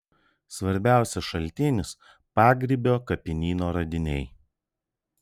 svarbiausias šaltinis pagrybio kapinyno radiniai